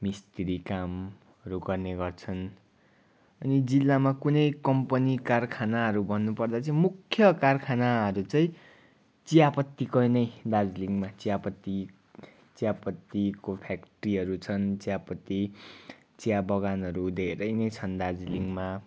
मिस्त्री कामहरू गर्ने गर्छन् अनि जिल्लामा कुनै कम्पनी कारखानाहरू भन्नु पर्दा चाहिँ मुख्य कारखानाहरू चाहिँ चियापत्तीको नै दार्जीलिङमा चियापत्ती चियापत्तीको फ्याक्ट्रीहरू छन् चियापत्ती चियाबगानहरू धेरै नै छन् दार्जीलिङमा